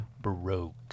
broke